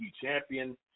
champion